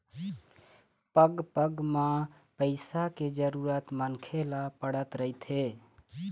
पग पग म पइसा के जरुरत मनखे ल पड़त रहिथे